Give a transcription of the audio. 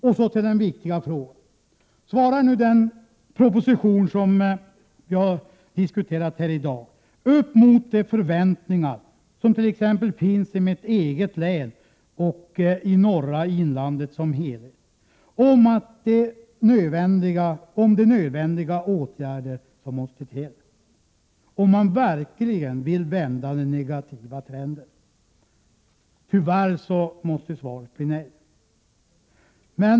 Och så till den viktiga frågan: Motsvarar den proposition som vi nu diskuterar de förväntningar som finns t.ex. i mitt eget län och i det norra inlandet som helhet om åtgärder som måste till om man verkligen vill vända den negativa trenden? Tyvärr måste svaret bli nej.